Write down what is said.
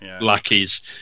lackeys